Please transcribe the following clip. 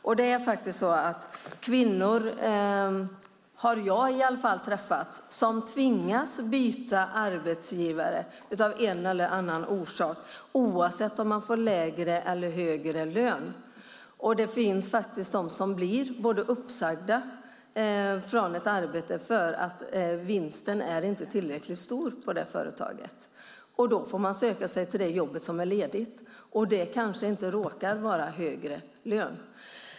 Jag har träffat kvinnor som tvingas byta arbetsgivare av en eller annan orsak oavsett om de får lägre eller högre lön. Det finns de som blir uppsagda från ett arbete för att vinsten inte är tillräckligt stor på företaget. Då får man söka det jobb som är ledigt. Det kanske inte medför högre lön.